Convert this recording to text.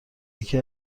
یکی